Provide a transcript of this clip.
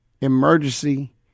emergency